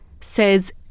says